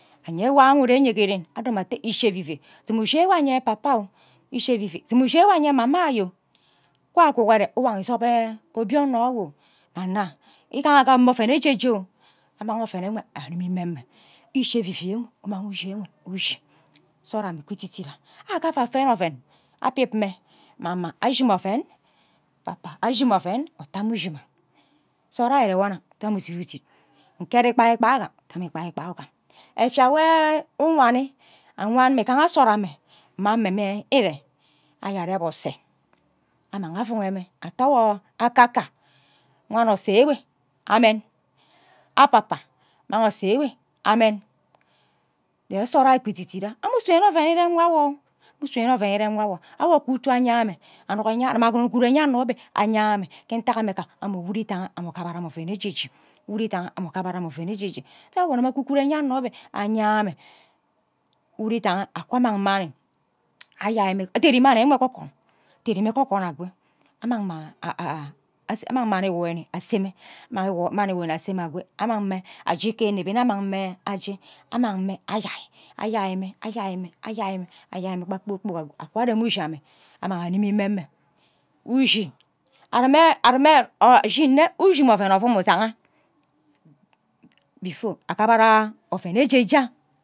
Nke nwa ure ghe ren ushie evivie sum ushi wogha anye papa ishi evivie sum ishi ewe anye mama ayo kwa akugore uwan isan obie nno ewe nana igaha agam mma oven oje je amang ove ewe animi meme ishi evivie enw umang ushi enwe ushi nsod ame ikwi ididira aka va fene oven abip mme mama ashi mama oven papa ashi mma oven uta ame ushi mma nsod ayo ire wo nna uta amme udidiri dit nkere ikpai ikpai ugam efie nwo ukumi anyan mme igaha nsod amme mme amme ire anya areb ose amang afughe mme ate ahu akaka ovan ose ewe amen apapa wan ose enwe amen je nsod anyo ukwe ididira amme usu no nne oven irem wawo ame usano nne ovem irem wawo ame usuno nne ovenm ire wawo awo ku utu anye anne anuk igima akukono enyano be anye amme nta ame ka uru idang ame ughubara mma oven eje je anwo agima akughono enyano bhe anye ame uru idang akwa ame mam ayai mme ateri manni ewe ghe okwon ateri enwe ghe okwon ateri enwe ghe okwon akwe amang mani ewoni ase mme amang mani ewoni ase mme akwo amang mme aje kimi ineb nne amang mme aje amang mme ayai ayai mme ayai mme ayai mme ayai mme kpa kpor kpok akwo akwa ajem ushi amme amang animi mme mme ushi shin nne ushi mo oven ovum usanga before akibara oven eje ja